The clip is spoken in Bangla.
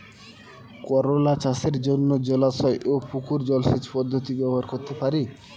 করোলা চাষের জন্য জলাশয় ও পুকুর জলসেচ পদ্ধতি ব্যবহার করতে পারি?